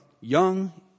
young